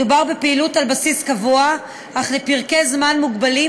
מדובר בפעילות על בסיס קבוע אך לפרקי זמן מוגבלים,